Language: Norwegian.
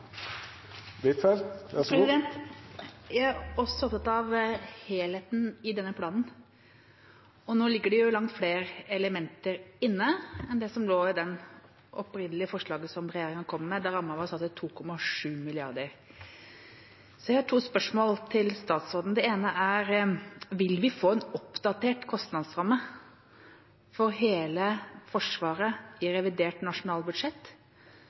Jeg er også opptatt av helheten i denne planen. Nå ligger det langt flere elementer inne enn det som lå i det opprinnelige forslaget som regjeringa kom med, der ramma var satt til 2,7 mrd. kr. Jeg har to spørsmål til statsråden. Det ene er: Vil vi få en oppdatert kostnadsramme for hele Forsvaret i revidert nasjonalbudsjett,